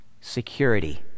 security